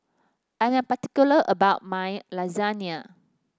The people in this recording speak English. I am particular about my Lasagna